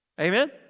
Amen